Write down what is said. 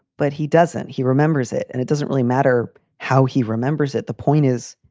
but he doesn't. he remembers it. and it doesn't really matter how he remembers it. the point is,